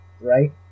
Right